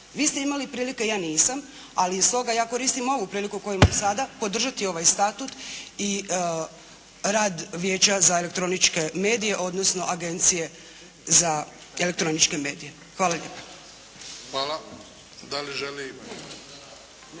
Vi ste imali prilike, ja nisam, ali stoga ja koristim ovu priliku koju imam sada, podržati ovaj statut i rad Vijeća za elektroničke medije, odnosno Agencije za elektroničke medije. Hvala lijepo. **Bebić,